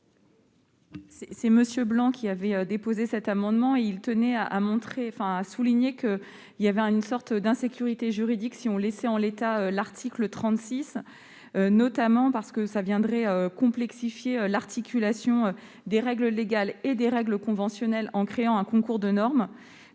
Blanc qui avait déposé cet amendement. Il tenait à souligner qu'il y avait une forme d'insécurité juridique à laisser en l'état l'article 36, notamment parce que cela viendrait complexifier l'articulation des règles légales et des règles conventionnelles en créant un concours de normes.